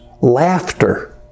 laughter